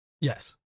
Yes